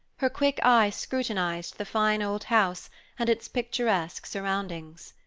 her quick eye scrutinized the fine old house and its picturesque surroundings.